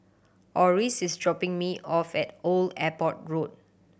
Orris is dropping me off at Old Airport Road